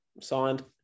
Signed